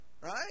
right